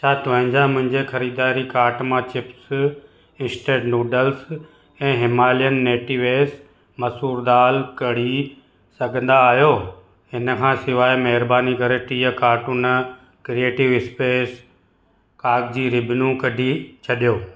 छा तव्हांजा मुंहिंजा ख़रीदारी काट मां चिप्स इस्टेट नूडल्स ऐं हिमालयन नेटिवेस मसूर दाल कढी सघंदा आहियो हिन खां सवाइ महिरबानी करे टीह काटून क्रिएटिव स्पेस कागज़ी रिबनूं कढी छॾियो